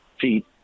feet